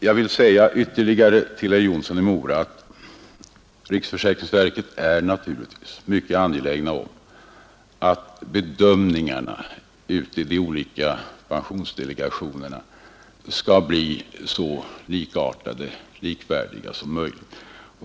Jag vill säga ytterligare till herr Jonsson i Mora, att riksförsäkringsverket naturligtvis är mycket angeläget om att bedömningarna ute i de olika pensionsdelegationerna skall bli så likvärdiga som möjligt.